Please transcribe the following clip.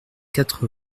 quatre